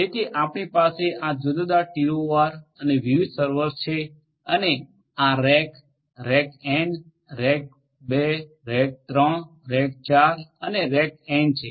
તેથી આપણી પાસે આ જુદા જુદા ટીઓઆર અને વિવિધ સર્વર્સ છે અને આ rack rack N rack 2 rack 3 rack 4 અને રેક એન છે